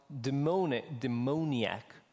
demoniac